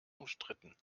umstritten